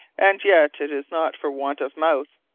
and yet, it is not for want of mouth.